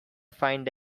find